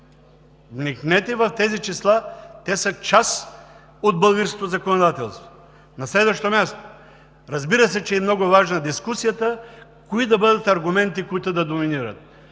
Вникнете в тези числа, те са част от българското законодателство. На следващо място. Разбира се, че е много важна дискусията кои да бъдат аргументите, които да доминират,